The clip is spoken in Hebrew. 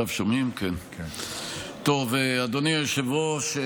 אדוני היושב-ראש,